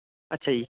ਅੱਛਾ ਜੀ